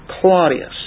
Claudius